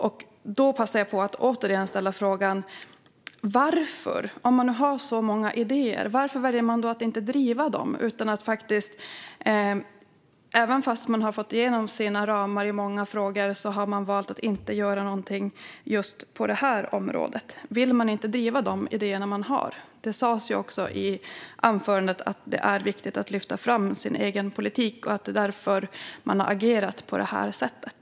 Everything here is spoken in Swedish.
Då vill jag passa på att ställa frågan: Om man nu har så många idéer, varför väljer man att inte driva dem? Även om man har fått igenom sina ramar i många frågor har man valt att inte göra någonting just på det här området. Vill man inte driva de idéer man har? Det sas i anförandet att det är viktigt att lyfta fram sin egen politik och att det är därför man har agerat på det här sättet.